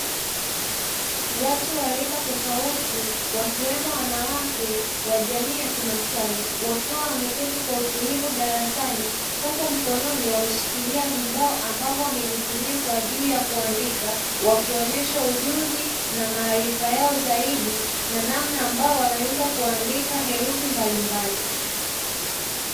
Watu wa rika tofauti wakiwemo wanawake wa jamii ya kimasai wakiwa wameketi kwa utulivu darasani huku mkononi wameshikilia vibao ambavyo amevitumia kwa ajili ya kuandika wakionyesha ujuzi na maarifa yao zaidi na namna ambavyo wanaweza kuandika herufi mbalimbali.